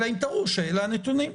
אלא אם תראו שאלה הנתונים.